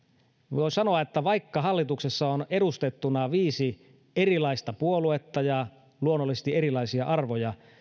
voin sanoa että vaikka hallituksessa on edustettuna viisi erilaista puoluetta ja luonnollisesti erilaisia arvoja